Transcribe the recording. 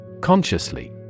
Consciously